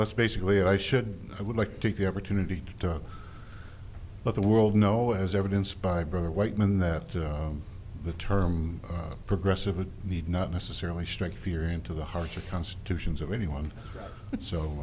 that's basically i should i would like to take the opportunity to talk let the world know as evidenced by brother white men that the term progressive a need not necessarily strike fear into the hearts of constitutions of anyone so